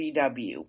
VW